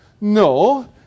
No